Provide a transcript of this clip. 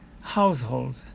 household